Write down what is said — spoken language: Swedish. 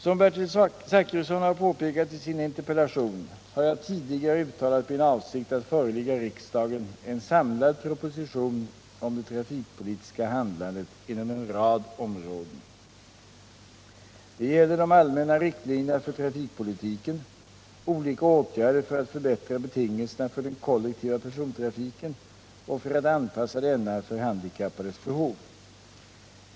Som Bertil Zachrisson påpekat i sin interpellation, har jag tidigare uttalat min avsikt att förelägga riksdagen en samlad proposition om det trafikpolitiska handlandet inom en rad områden. Det gäller de allmänna riktlinjerna för trafikpolitiken, olika åtgärder för att förbättra betingelserna för den kollektiva persontrafiken och för att anpassa denna för handikappades behov.